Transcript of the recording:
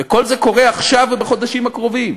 וכל זה קורה עכשיו ובחודשים הקרובים,